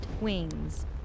wings